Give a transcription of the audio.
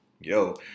yo